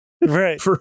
Right